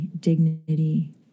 dignity